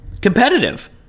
competitive